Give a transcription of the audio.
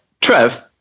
Trev